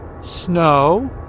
snow